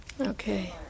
Okay